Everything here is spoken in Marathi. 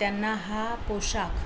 त्यांना हा पोशाख